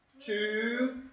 two